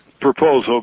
proposal